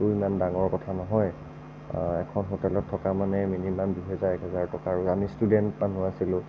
টো ইমান ডাঙৰ কথা নহয় এখন হোটেলত থকা মানেই মিনিমাম দুহেজাৰ এক হেজাৰ টকা আৰু আমি ষ্টুডেন্ট মানুহ আছিলোঁ